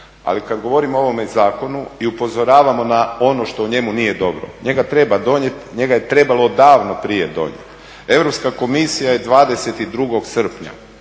Ali kad govorim o ovome zakonu i upozoravamo na ono što u njemu nije dobro, njega treba donijeti, njega je trebalo davno prije donijeti. Europska komisija je 22. srpnja